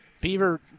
Beaver